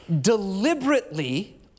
deliberately